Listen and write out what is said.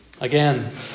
Again